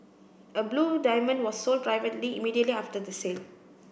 a blue diamond was sold privately immediately after the sale